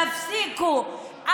תפסיקו.